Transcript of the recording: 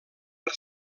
per